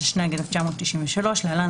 התשנ"ג 1993 (להלן,